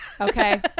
Okay